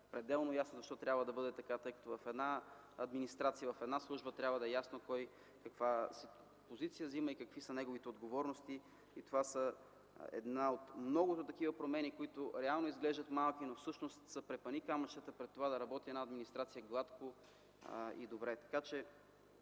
пределно ясно защо трябва да бъде така. В една администрация, в една служба трябва да е ясно кой каква позиция заема и какви са неговите отговорности. Това е една от многото такива промени, които реално изглеждат малки, но всъщност са препъникамъчета пред това една администрация да работи гладко и добре. Аз